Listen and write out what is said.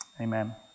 Amen